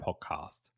Podcast